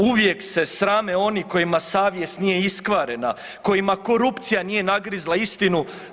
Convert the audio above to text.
Uvijek se srame oni kojima savjest nije iskvarena, kojima korupcija nije nagrizla istinu.